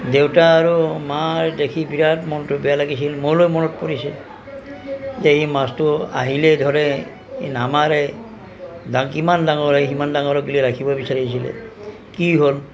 দেউতা আৰু মাৰ দেখি বিৰাট মনটো বেয়া লাগিছিল মোলৈ মনত পৰিছে ই আহি মাছটো আহিলে ধৰে ই নামাৰে কিমান ডাঙৰ হয় সিমান ডাঙৰলৈকে ৰাখিব বিছাৰিছিলে কি হ'ল